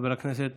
חבר הכנסת